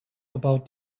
about